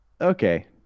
okay